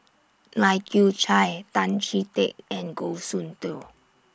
Lai Kew Chai Tan Chee Teck and Goh Soon Tioe